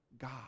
God